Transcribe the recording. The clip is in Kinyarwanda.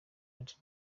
united